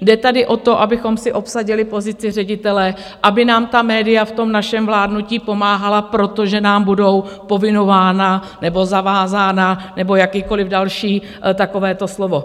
Jde tady o to, abychom si obsadili pozici ředitele, aby nám ta média v tom našem vládnutí pomáhala, protože nám budou povinována, nebo zavázána, nebo jakékoliv další takovéto slovo?